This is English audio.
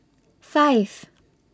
five